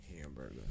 hamburger